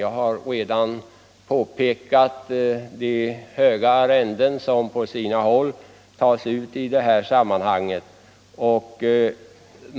Jag har redan påpekat de höga arrenden som på sina håll tas ut.